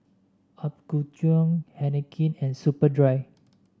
Apgujeong Heinekein and Superdry